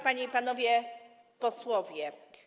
Panie i Panowie Posłowie!